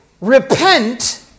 repent